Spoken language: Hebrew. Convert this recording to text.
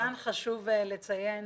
חשוב כאן לציין